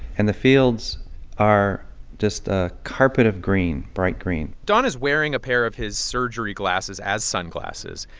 and the fields are just a carpet of green bright green don is wearing a pair of his surgery glasses as sunglasses,